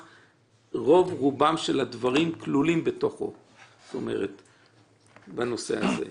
רוב רובם של הדברים כלולים בתוך הנושא הזה.